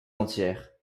entières